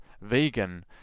vegan